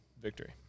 Victory